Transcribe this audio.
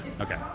Okay